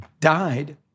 died